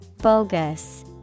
Bogus